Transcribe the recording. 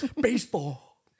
baseball